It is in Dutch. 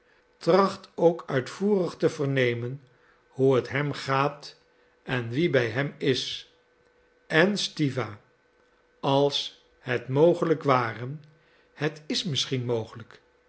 tracht ook uitvoerig te vernemen hoe t hem gaat en wie bij hem is en stiwa als het mogelijk ware het is misschien mogelijk